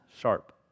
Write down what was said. Sharp